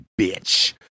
bitch